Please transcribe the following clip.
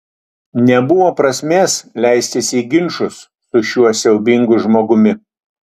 nebuvo prasmės leistis į ginčus su šiuo siaubingu žmogumi